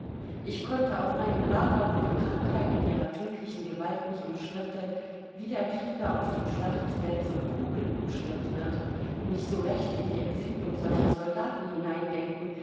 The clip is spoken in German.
ich konnte auf meinem lager wo die krankheit mit ihrer tödlichen gewalt mich umschwirrte wie der krieger auf dem schlachtfeld von kugeln umschwirrt wird mich so recht in die empfindung solcher soldaten hineindenken